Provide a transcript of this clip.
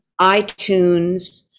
iTunes